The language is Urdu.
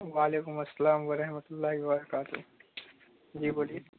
وعلیکم السلام و رحمتہ اللہ وبرکاتہ جی بولیے